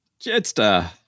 Jetstar